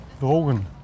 Drogen